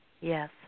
Yes